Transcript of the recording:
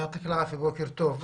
בוקר טוב.